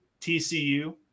TCU